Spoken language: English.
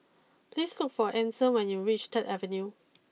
please look for Ason when you reach third Avenue